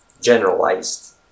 generalized